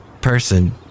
Person